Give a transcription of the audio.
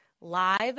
live